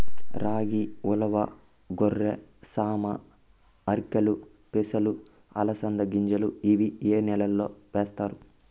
రాగి, ఉలవ, కొర్ర, సామ, ఆర్కెలు, పెసలు, అలసంద గింజలు ఇవి ఏ నెలలో వేస్తారు?